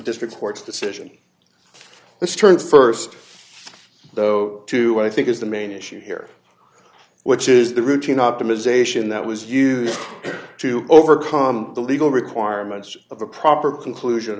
district court's decision let's turn st though to i think is the main issue here which is the routine optimization that was used to overcome the legal requirements of the proper conclusion